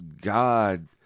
God